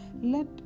Let